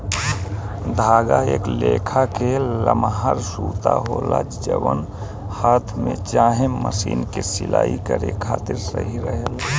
धागा एक लेखा के लमहर सूता होला जवन हाथ से चाहे मशीन से सिलाई करे खातिर सही रहेला